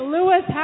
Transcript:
Lewis